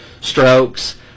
strokes